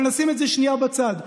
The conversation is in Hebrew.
אבל נשים את זה שנייה בצד.